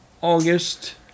August